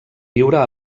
viure